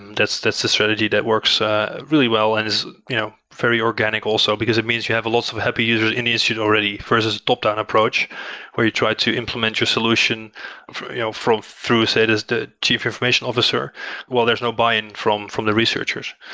that's that's a strategy that works really well and is you know very organic also, because it means you have a lots of happy users initiate already, versus top-down approach where you try to implement your solution from through said is the chief information officer while there's no buy-in from from the researchers.